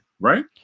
right